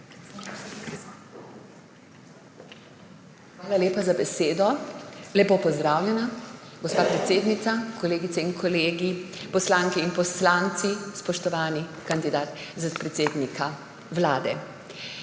Hvala lepa za besedo. Lepo pozdravljeni, gospa predsednica, kolegice in kolegi, poslanke in poslanci, spoštovani kandidat za predsednika Vlade!